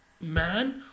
man